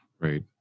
Right